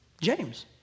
James